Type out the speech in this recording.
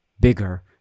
bigger